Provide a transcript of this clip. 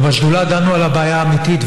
ובשדולה דנו על הבעיה האמיתית,